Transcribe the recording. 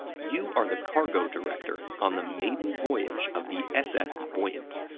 you are the cargo director on the maiden voyage of the s s. buoyant,